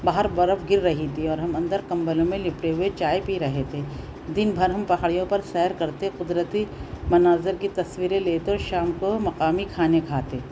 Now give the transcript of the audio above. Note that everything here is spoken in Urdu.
باہر برف گر رہی تھی اور ہم اندر کمبلوں میں لپٹے ہوئے چائے پی رہے تھے دن بھر ہم پہاڑیوں پر سیر کرتے قدرتی مناظر کی تصویریں لیتے اور شام کو مقامی کھانے کھاتے